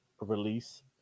release